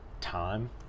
time